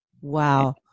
Wow